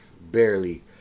Barely